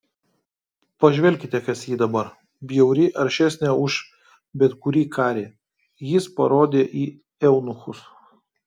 pažvelkite kas ji dabar bjauri aršesnė už bet kurį karį jis parodė į eunuchus